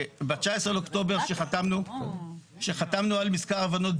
ב-19 לאוקטובר שחתמנו על מזכר הבנות,